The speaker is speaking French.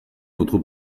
notre